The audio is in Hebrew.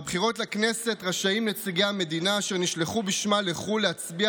בבחירות לכנסת רשאים נציגי המדינה אשר נשלחו בשמה לחו"ל להצביע